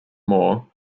more